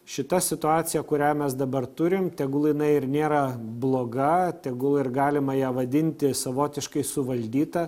šita situacija kurią mes dabar turim tegul jinai ir nėra bloga tegul ir galima ją vadinti savotiškai suvaldyta